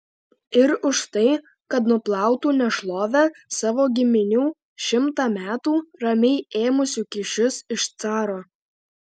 ir už tai kad nuplautų nešlovę savo giminių šimtą metų ramiai ėmusių kyšius iš caro